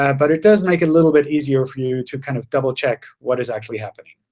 yeah but it does make it a little bit easier for you to kind of double-check what is actually happening.